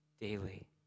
daily